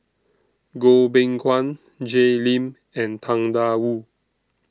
Goh Beng Kwan Jay Lim and Tang DA Wu